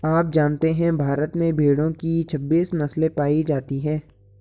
आप जानते है भारत में भेड़ो की छब्बीस नस्ले पायी जाती है